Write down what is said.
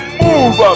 move